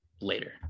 later